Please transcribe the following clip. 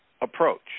approach